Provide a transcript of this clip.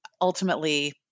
ultimately